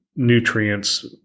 nutrients